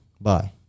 Bye